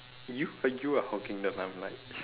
you you are hogging the limelight